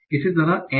इसी तरह N